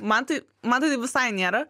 man tai man tai taip visai nėra